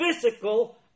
physical